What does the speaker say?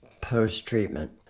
post-treatment